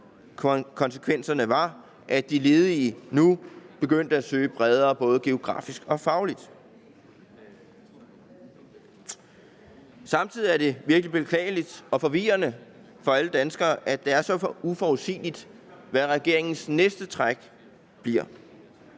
konsekvenserne var, at de ledige begyndte at søge bredere både geografisk og fagligt. Samtidig er det virkelig beklageligt og forvirrende for alle danskere, at det er så uforudsigeligt, hvad regeringens næste træk bliver.